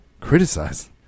Criticize